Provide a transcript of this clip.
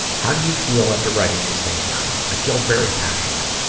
how do you feel after writing these things down? i feel very passionate.